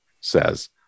says